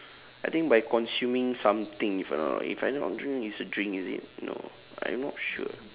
I think by consuming something if I'm not wrong if I'm not wrong drink it's a drink is it no I'm not sure